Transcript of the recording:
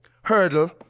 hurdle